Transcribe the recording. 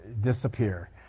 disappear